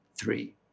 three